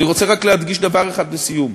אני רוצה רק להדגיש דבר אחד לסיום: